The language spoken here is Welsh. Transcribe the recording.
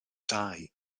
dai